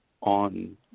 on